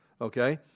Okay